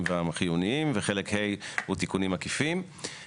והחיוניים וחלק ה' הוא תיקונים עקיפים.